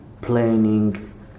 planning